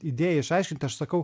idėją išaiškinti aš sakau